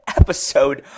episode